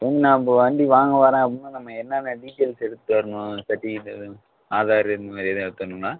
சரி நம்ம வண்டி வாங்க வர்றேன் அப்படின்னா நம்ம என்னென்ன டீட்டைல்ஸ் எடுத்துகிட்டு வரணும் இந்த டீட்டைலு ஆதாரு இந்த மாதிரி ஏதும் எடுத்து வரணுங்களா